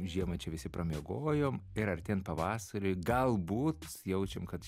žiemą čia visi pramiegojom ir artėjan pavasariui galbūt jaučiam kad